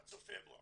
עד סוף פברואר.